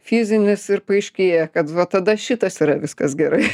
fizinis ir paaiškėja kad va tada šitas yra viskas gerai